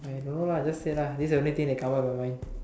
I know lah just say lah this is the only thing that come out in my mind